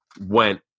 went